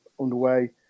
underway